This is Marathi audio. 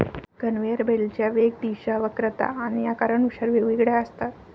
कन्व्हेयर बेल्टच्या वेग, दिशा, वक्रता आणि आकारानुसार वेगवेगळ्या असतात